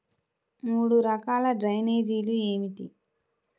మూడు రకాల డ్రైనేజీలు ఏమిటి?